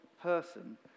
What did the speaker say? person